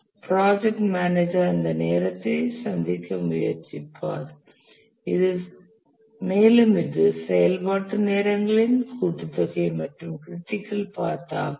project manager அந்த நேரத்தை சந்திக்க முயற்சிப்பார் மேலும் இது செயல்பாட்டு நேரங்களின் கூட்டுத்தொகை மற்றும் க்ரிட்டிக்கல் பாத் ஆகும்